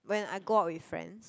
when I go out with friends